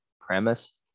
premise